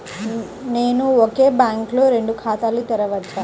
నేను ఒకే బ్యాంకులో రెండు ఖాతాలు తెరవవచ్చా?